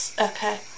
okay